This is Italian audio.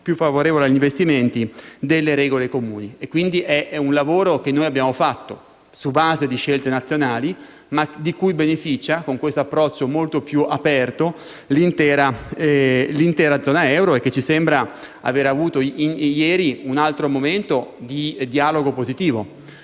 e agli investimenti, delle regole comuni. Quindi è un lavoro che noi abbiamo fatto sulla base di scelte nazionali, ma di cui beneficia, con questo approccio molto più aperto, l'intera zona euro e che ci sembra avere avuto ieri un altro momento di dialogo positivo.